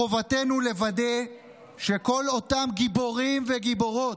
חובתנו לוודא שכל אותם גיבורים וגיבורות,